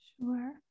Sure